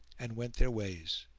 and went their ways.